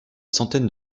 centaines